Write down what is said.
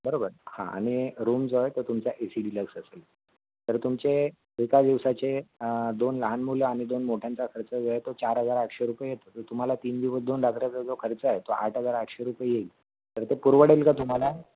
बरोबर हा आणि रूम्स जो आहे तुमचा ए सी डिलक्स असेल तर तुमचे एका दिवसाचे दोन लहान मुलं आणि दोन मोठ्यांचा खर्च जो आहे तो चार हजार आठशे रुपये येतो तर तुम्हाला तीन दिवस दोन रात्र जो खर्च आहे तो आठ हजार आठशे रुपये येईल तर तो परवडेल का तुम्हाला